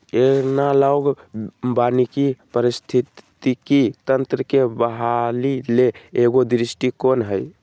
analogue वानिकी पारिस्थितिकी तंत्र के बहाली ले एगो दृष्टिकोण हइ